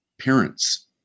parents